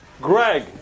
Greg